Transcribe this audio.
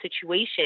situation